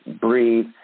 breathe